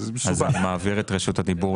לא האזרח צריך לשמור על האזרח.